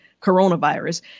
coronavirus